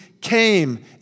came